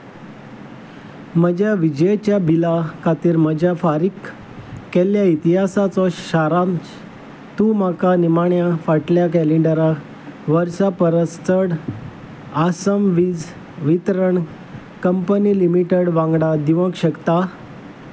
म्हज्या विजयच्या बिलां खातीर म्हज्या फारीक केल्ल्या इतिहासाचो शारांत तूं म्हाका निमाण्या फाटल्या कॅलेंडराक वर्सां परस चड आसम वीज वितरण कंपनी लिमिटेड वांगडा दिवंक शकता